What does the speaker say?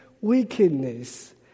wickedness